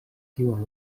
tiun